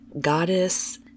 goddess